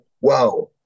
wow